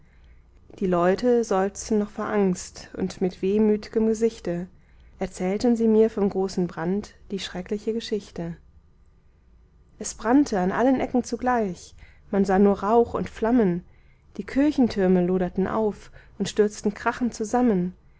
die leute seufzten noch vor angst und mit wehmüt'gem gesichte erzählten sie mir vom großen brand die schreckliche geschichte es brannte an allen ecken zugleich man sah nur rauch und flammen die kirchentürme loderten auf und stürzten krachend zusammen